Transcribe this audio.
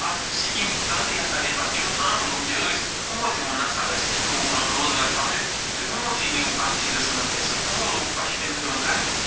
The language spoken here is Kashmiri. اَتھ سِکیٖم تحتٕے ہسا گٔے پتہٕ یِم عام لُکھ تہِ ٲسۍ یِمو تہِ ووٚن نَہ سا أسۍ تہِ ہٮ۪کو وۄنۍ پَنُن روزگار کَموِتھ تہٕ یِمو تہِ نیوٗ اَتھ چیٖزَس منٛز حصہٕ یِمو لوگ پَشمیٖنہٕ کٲم کَرٕنۍ